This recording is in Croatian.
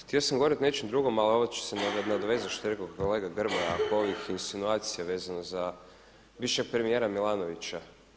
Htio sam govoriti o nečemu drugom ali ovo ću se nadovezati što je rekao kolega Grmoja oko ovih insinuacija vezano za bivšeg premijera Milanovića.